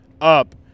up